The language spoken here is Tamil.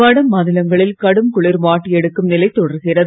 வடமாநிலங்களில் கடும் குளிர் வாட்டி எடுக்கும் நிலை தொடர்கிறது